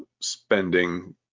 spending